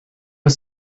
was